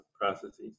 processes